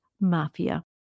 mafia